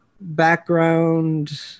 background